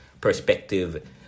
perspective